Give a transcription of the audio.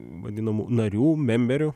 vadinamų narių memberių